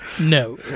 No